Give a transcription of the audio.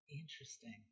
Interesting